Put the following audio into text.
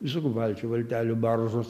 visokių valčių valtelių baržos